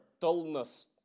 dullness